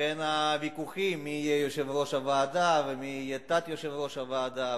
לכן הוויכוחים מי יהיה יושב-ראש הוועדה ומי יהיה תת-יושב-ראש הוועדה,